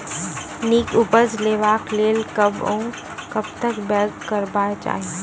नीक उपज लेवाक लेल कबसअ कब तक बौग करबाक चाही?